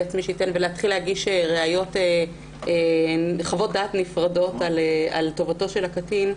עצמי ולהתחיל להגיש חוות דעת נפרדות על טובתו של הקטין,